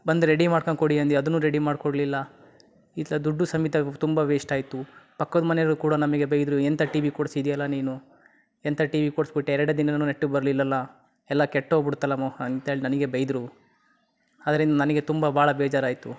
ಬಂದು ರೆಡಿ ಮಾಡ್ಕಂಡು ಕೊಡಿ ಅಂದ್ವಿ ಅದನ್ನೂ ರೆಡಿ ಮಾಡಿ ಕೊಡಲಿಲ್ಲ ಇತ್ತಲಾಗೆ ದುಡ್ಡೂ ಸಮೇತ ತುಂಬ ವೇಸ್ಟ್ ಆಯಿತು ಪಕ್ಕದ ಮನೆಯವರು ಕೂಡ ನಮಗೆ ಬೈದರು ಎಂಥ ಟಿ ವಿ ಕೊಡಿಸಿದ್ಯಲ ನೀನು ಎಂಥ ಟಿ ವಿ ಕೊಡ್ಸ್ಬಿಟ್ಟೆ ಎರಡು ದಿನಾನೂ ನೆಟ್ಟಗೆ ಬರಲಿಲ್ಲಲ್ಲ ಎಲ್ಲ ಕೆಟ್ಟು ಹೋಗ್ಬಿಡ್ತಲ ಮೋಹನ್ ಅಂತೇಳಿ ನನಗೆ ಬೈದರು ಅದ್ರಿಂದ ನನಗೆ ತುಂಬ ಭಾಳ ಬೇಜಾರಾಯಿತು